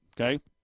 okay